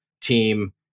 team